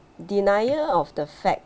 denial of the fact